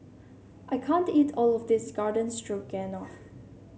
I can't eat all of this Garden Stroganoff